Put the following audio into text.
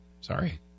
sorry